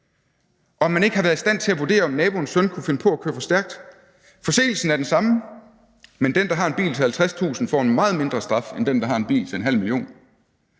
at man ikke har været i stand til at vurdere, om naboens søn kunne finde på at køre for stærkt. Forseelsen er den samme, men den, der har en bil til 50.000 kr., får en meget mindre straf end den, der har en bil til 500.000 kr.